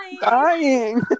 dying